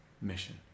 mission